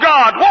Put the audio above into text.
God